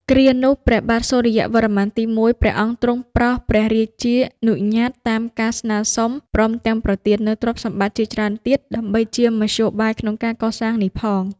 គ្រានោះ ព្រះបាទសុរ្យវរ្ម័នទី១ ព្រះអង្គទ្រង់ប្រោសព្រះរាជានុញ្ញាតតាមការស្នើសុំ ព្រមទាំងប្រទាននូវទ្រព្យសម្បត្តិជាច្រើនទៀត ដើម្បីជាមធ្យោបាយក្នុងការកសាងនេះផង ។